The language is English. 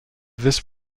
this